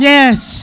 Yes